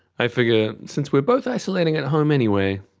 i figure, since we are both isolating at home anyway,